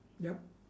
yup